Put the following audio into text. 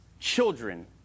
children